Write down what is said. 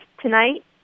tonight